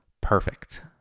perfect